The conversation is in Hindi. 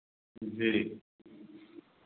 जी